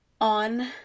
On